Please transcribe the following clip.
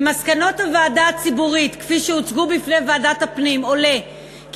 ממסקנות הוועדה הציבורית כפי שהוצגו בפני ועדת הפנים עולה כי